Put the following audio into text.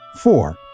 Four